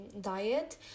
diet